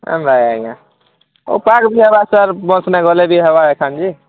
ନାଇଁ ଆଜ୍ଞାଁ ହଉ କାର୍ ବସ୍ ନାଇଁ ଗଲେ ବି ହେବା ଏଖାନ୍ ଯେ